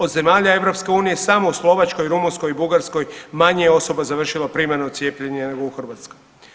Od zemalja EU samo u Slovačkoj, Rumunjskoj i Bugarskoj manje je osoba završilo primarno cijepljenje nego u Hrvatskoj.